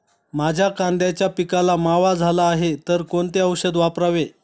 माझ्या कांद्याच्या पिकाला मावा झाला आहे तर कोणते औषध वापरावे?